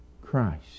Christ